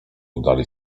oddali